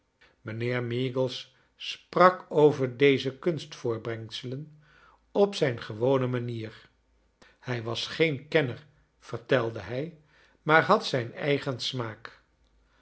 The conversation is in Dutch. mijnheer meagles sprak over deze kunstvoorbrengselen op zijn gewone manier h'j was geen kenner vertelde hij maar had j zijn eigen smaak